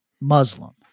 Muslim